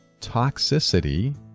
toxicity